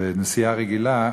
בנסיעה רגילה,